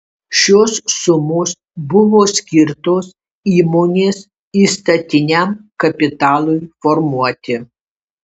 šios sumos buvo skirtos įmonės įstatiniam kapitalui formuoti